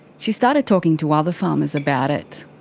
she started talking to other farmers about it.